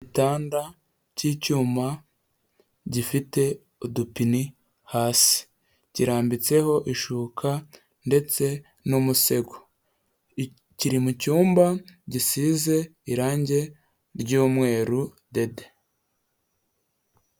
Igitanda cy'icyuma gifite udupine hasi. Kirambitseho ishuka ndetse n'umusego. Kiri mu cyumba gisize irangi ry'umweru dede.